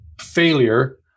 failure